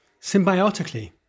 symbiotically